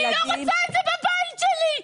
אני לא רוצה את זה בבית שלי.